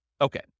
Okay